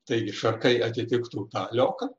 taigi šakai atitiktų tą lioka